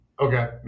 Okay